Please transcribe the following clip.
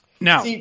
now